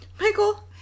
Michael